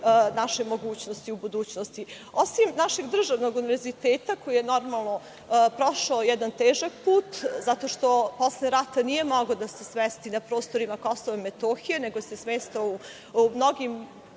naše mogućnosti u budućnosti. Osim našeg državnog univerziteta koji je, normalno, prošao jedan težak put, zato što posle rata nije mogao da se smesti na prostorima KiM, nego se smestio u mnogim